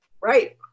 right